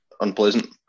unpleasant